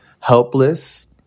helpless